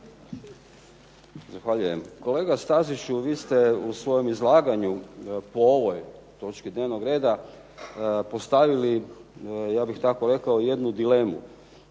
Zahvaljujem. Kolega Staziću vi ste u svom izlaganju, po ovoj točki dnevnog reda, postavili, ja bih tako rekao, jednu dilemu.